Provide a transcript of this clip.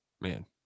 man